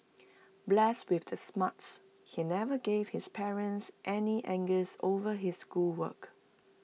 blessed with the smarts he never gave his parents any angst over his schoolwork